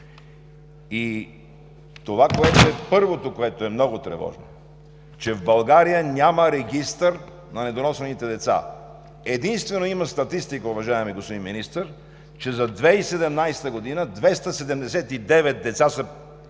в България. Първото, което е много тревожно, е, че в България няма регистър на недоносените деца. Единствено има статистика, уважаеми господин Министър, че за 2017 г. 279 деца са